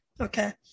Okay